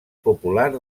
popular